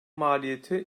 maliyeti